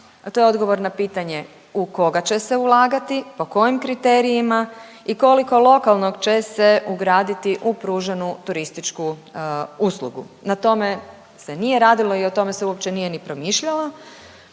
To je odgovor na pitanje u koga će se ulagati, po kojim kriterijima i koliko lokalnog će se ugraditi u pruženu turističku uslugu. Na tome se nije radilo i o tome se uopće nije ni promišljalo.